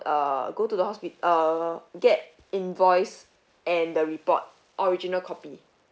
uh go to the hospi~ uh get invoice and the report original copy